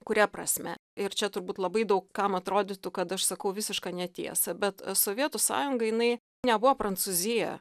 kuria prasme ir čia turbūt labai daug kam atrodytų kad aš sakau visišką netiesą bet sovietų sąjunga jinai nebuvo prancūzija